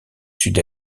sud